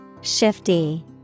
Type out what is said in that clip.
Shifty